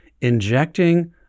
injecting